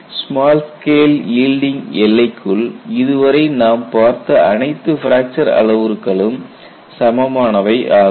small scale yielding எல்லைக்குள் இதுவரை நாம் பார்த்த அனைத்து பிராக்சர் அளவுருக்களும் சமமானவை ஆகும்